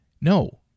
No